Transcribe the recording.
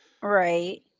right